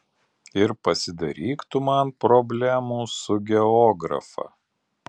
ir pasidaryk tu man problemų su geografa